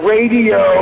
Radio